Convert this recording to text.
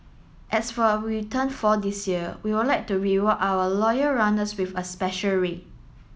so as we turn four this year we will like to reward our loyal runners with a special rate